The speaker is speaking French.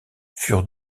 furent